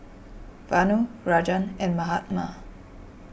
Vanu Rajan and Mahatma